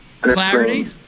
clarity